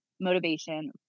motivation